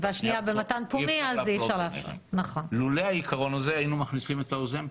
בשקף הזה במצגת ניסינו להראות את התוספת התקציבית שהייתה לאורך שנים,